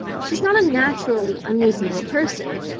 she's not a naturally unreasonable person,